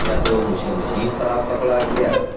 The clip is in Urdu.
یا تو وہ مجھے مشین خراب پکڑا گیا